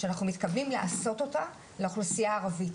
שאנחנו מתכוונים לעשות אותה לאוכלוסייה הערבית,